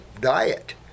diet